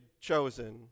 chosen